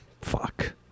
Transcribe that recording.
Fuck